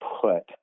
put